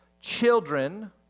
children